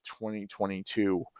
2022